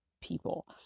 people